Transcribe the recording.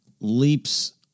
leaps